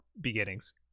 beginnings